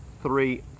three